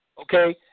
okay